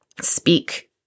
speak